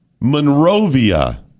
Monrovia